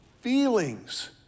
feelings